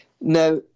Now